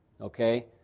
okay